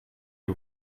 you